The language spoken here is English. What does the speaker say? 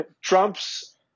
Trump's